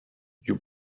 you